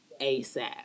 ASAP